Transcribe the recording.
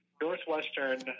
Northwestern